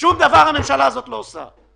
שום דבר הממשלה הזאת לא עושה.